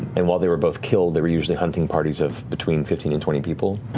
and while they were both killed, there were usually hunting parties of between fifteen and twenty people,